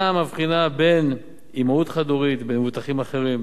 מבחינה בין אמהות חד-הוריות לבין מבוטחים אחרים.